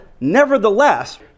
nevertheless